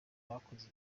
bakoze